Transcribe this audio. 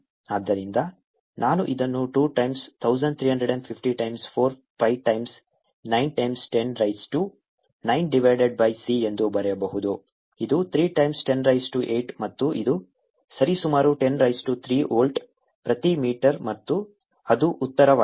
ಆದ್ದರಿಂದ ನಾನು ಇದನ್ನು 2 times 1350 times 4 pi times 9 times 10 raise to 9 divided by c ಎಂದು ಬರೆಯಬಹುದು ಇದು 3 ಟೈಮ್ಸ್ 10 ರೈಸ್ ಟು 8 ಮತ್ತು ಇದು ಸರಿಸುಮಾರು 10 ರೈಸ್ ಟು 3 ವೋಲ್ಟ್ ಪ್ರತಿ ಮೀಟರ್ ಮತ್ತು ಅದು ಉತ್ತರವಾಗಿದೆ